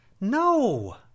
No